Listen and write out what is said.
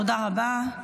תודה רבה.